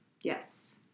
Yes